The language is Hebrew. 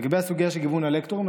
לגבי הסוגיה של גיוון הלקטורים,